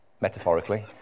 metaphorically